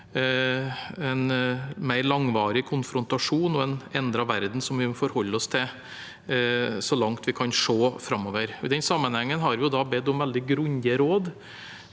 en mer langvarig konfrontasjon og en endret verden, som vi må forholde oss til så langt vi kan se framover. I denne sammenhengen har vi bedt om veldig grundige råd